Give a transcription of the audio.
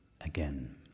again